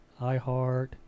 iHeart